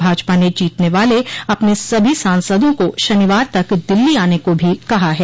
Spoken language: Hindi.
भाजपा ने जीतने वाले अपने सभी सांसदों को शनिवार तक दिल्ली आने को भी कहा है